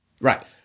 Right